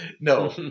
no